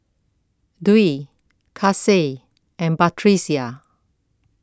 Dwi Kasih and Batrisya